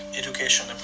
education